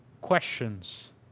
questions